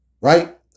Right